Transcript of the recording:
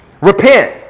Repent